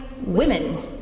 women